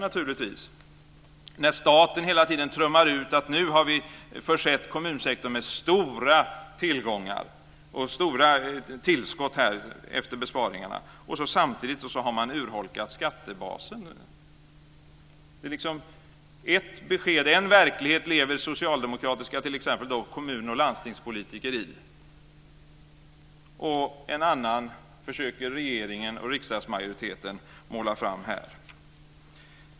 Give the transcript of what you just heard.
Staten trummar hela tiden ut att nu har vi försett kommunsektorn med stora tillgångar och stora tillskott efter besparingarna. Samtidigt har man urholkat skattebasen. Det finns en verklighet som t.ex. socialdemokratiska kommunoch landstingspolitiker lever i. En annan verklighet försöker regeringen och riksdagsmajoriteten måla fram här.